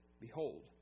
behold